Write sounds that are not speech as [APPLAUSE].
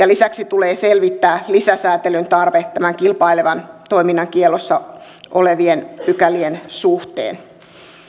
[UNINTELLIGIBLE] lisäksi tulee selvittää lisäsääntelyn tarve kilpailevan toiminnan kiellossa olevien pykälien suhteen